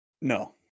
No